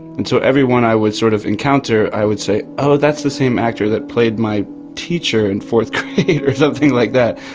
and so everyone i would sort of encounter i would say, oh that's the same actor that played my teacher in fourth grade or something like that.